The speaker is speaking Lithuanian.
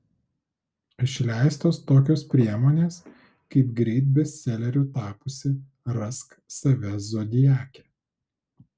išleistos tokios priemonės kaip greit bestseleriu tapusi rask save zodiake